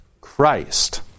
Christ